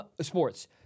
Sports